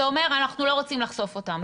זה אומר אנחנו לא רוצים לחשוף אותם.